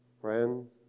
friends